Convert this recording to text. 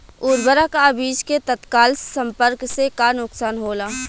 उर्वरक अ बीज के तत्काल संपर्क से का नुकसान होला?